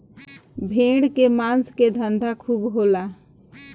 भेड़ के मांस के धंधा खूब होला